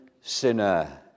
sinner